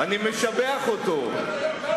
אני משבח אותו.